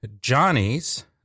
Johnny's